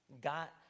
got